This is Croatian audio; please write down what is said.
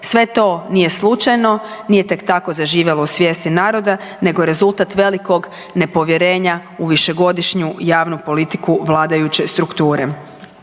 Sve to nije slučajno, nije tek tako zaživjelo u svijesti naroda nego je rezultat velikog nepovjerenja u višegodišnju javnu politiku vladajuće strukture.